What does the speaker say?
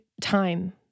time